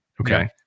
Okay